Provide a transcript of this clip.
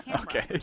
Okay